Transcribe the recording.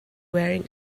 wearing